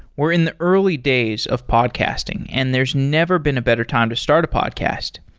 we're in the early days of podcasting, and there's never been a better time to start a podcast.